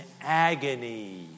agony